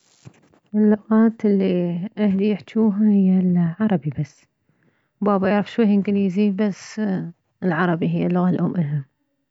اللغات الي اهلي يحجوها هي العربي بس بابا يعرف شوية انكليزي بس العربي هي اللغة الام الهم